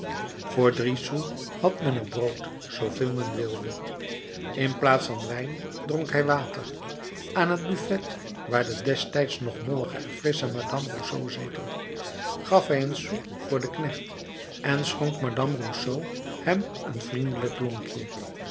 voor drie sous had men er brood zooveel men wilde in plaats van wijn dronk hij water aan het buffet waar de destijds nog mollige en frissche madame rousseau zetelde gaf hij een sou voor den knecht en schonk madame rousseau hem een vriendelijk lonkje